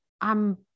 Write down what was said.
I'm-